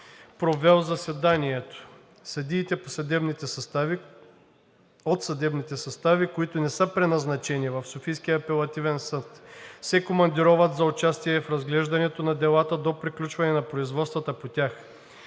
провел заседанието. (2) Съдиите от съдебните състави, които не са преназначени в Софийския градски съд, се командироват за участие в разглеждането на делата до приключването на производствата по тях.